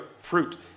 fruit